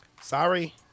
Sorry